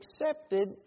accepted